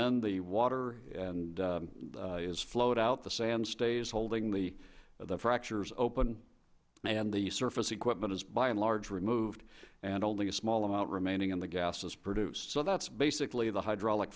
then the water is flowed out the sand stays holding the fractures open and the surface equipment is by in large removed and only a small amount remaining and the gas is produced so that's basically the hydraulic